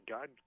God